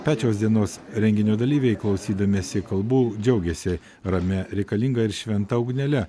pečiaus dienos renginio dalyviai klausydamiesi kalbų džiaugėsi ramia reikalinga ir šventa ugnele